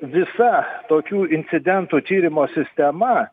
visa tokių incidentų tyrimo sistema